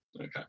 okay